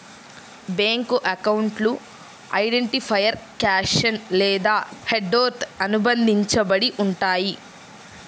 bank అకౌంట్లు identifier caption లేదా హెడర్తో అనుబంధించబడి ఉంటయ్యి